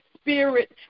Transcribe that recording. spirit